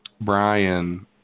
Brian